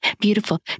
Beautiful